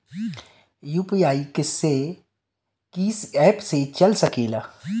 UPI किस्से कीस app से चल सकेला?